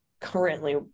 currently